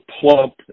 plump